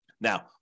Now